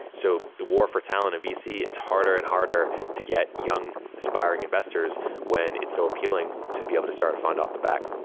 so the war for talent in vc, it's harder and harder to get young aspiring investors when it's so appealing to be able to start a find off the bat.